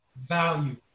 value